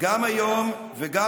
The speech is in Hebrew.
ואחרים